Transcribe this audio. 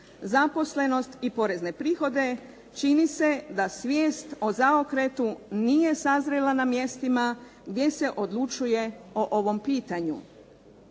zaposlenost i porezne prihode, čini se da svijest o zaokretu nije sazrjela na mjestima gdje se odlučuje o ovom pitanju.